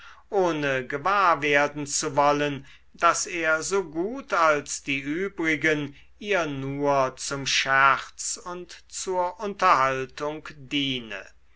ohne gewahr werden zu wollen daß er so gut als die übrigen ihr nur zum scherz und zur unterhaltung diene